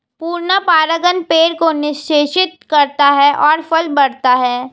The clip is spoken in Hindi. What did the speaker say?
पूर्ण परागण पेड़ को निषेचित करता है और फल बढ़ता है